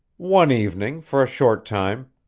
one evening, for a short time.